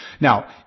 now